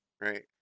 right